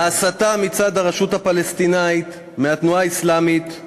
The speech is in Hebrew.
ההסתה מצד הרשות הפלסטינית, מהתנועה האסלאמית,